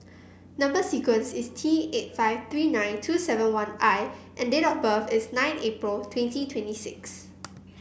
number sequence is T eight five three nine two seven one I and date of birth is nine April twenty twenty six